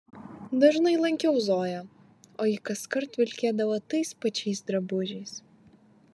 dažnai lankiau zoją o ji kaskart vilkėdavo tais pačiais drabužiais